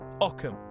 Ockham